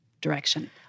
direction